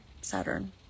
Saturn